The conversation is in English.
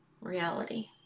reality